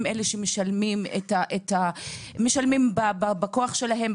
הם אלה שמשלמים בכוח שלהם,